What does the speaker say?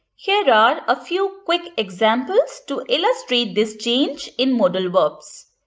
here are a few quick examples to illustrate this change in modal verbs.